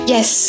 Yes